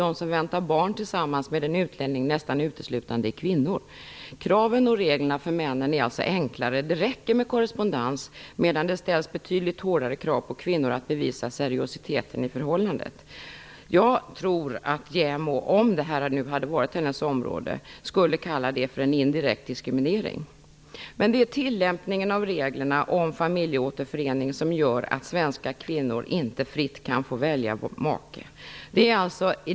De som väntar barn tillsammans med en utlänning är nästan uteslutande kvinnor. Kraven på och reglerna för männen är alltså enklare; för dem räcker det med korrespondens. Det ställs betydligt hårdare krav på kvinnor när det gäller att bevisa seriositeten i deras förhållanden. Jag tror att JämO, om detta hade hört till hennes område, skulle kalla det för en indirekt diskriminering. Det är tillämpningen av reglerna om familjeåterförening som gör att svenska kvinnor inte fritt kan välja makar.